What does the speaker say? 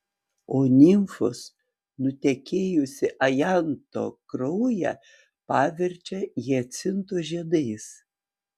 o nimfos nutekėjusį ajanto kraują paverčia hiacinto žiedais